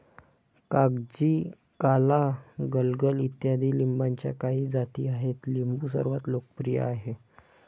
कागजी, काला, गलगल इत्यादी लिंबाच्या काही जाती आहेत लिंबू सर्वात लोकप्रिय आहे